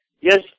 yes